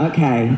Okay